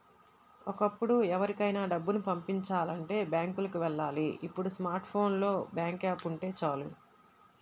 ఒకప్పుడు ఎవరికైనా డబ్బుని పంపిచాలంటే బ్యాంకులకి వెళ్ళాలి ఇప్పుడు స్మార్ట్ ఫోన్ లో బ్యాంకు యాప్ ఉంటే చాలు